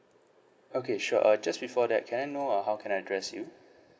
okay sure uh just before that can I know uh how can I address you